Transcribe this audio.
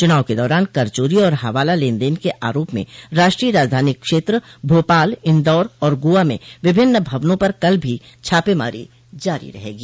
चुनाव के दौरान कर चोरी और हवाला लेनदेन के आरोप में राष्ट्रीय राजधानी क्षेत्र भोपाल इंदौर और गोआ में विभिन्न भवनों पर कल भी छापेमारी जारी रही